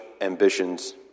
ambitions